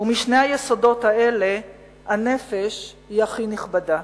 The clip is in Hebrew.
ומשני היסודות האלה הנפש היא הכי נכבדה".